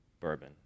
bourbon